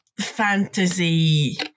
fantasy